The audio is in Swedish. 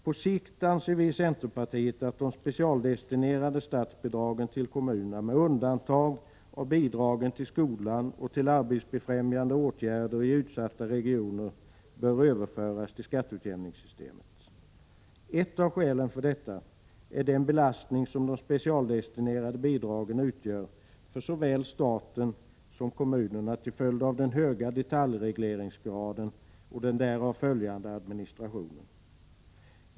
På sikt anser vi i centerpartiet att de specialdestinerade statsbidragen till kommunerna med undantag av bidragen till skolan och till arbetsbefrämjande åtgärder i utsatta regioner bör överföras till skatteutjämningssystemet. Ett av skälen för detta är den belastning som de specialdestinerade bidragen utgör för såväl staten som kommunerna till följd av den höga detaljregleringsgraden och den därav följande administrationen.